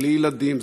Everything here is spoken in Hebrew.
בלי ילדים?